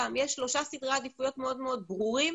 יש שלושה סדרי עדיפויות מאוד ברורים,